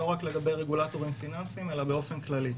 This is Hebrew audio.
לא רק לגבי רגולטורים פיננסיים אלא באופן כללי.